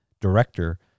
director